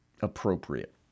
appropriate